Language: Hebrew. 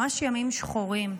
ממש ימים שחורים.